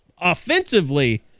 offensively